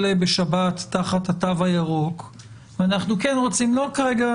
בשבת תחת התו הירוק ואנחנו כן רוצים לא כרגע,